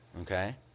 Okay